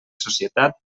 societat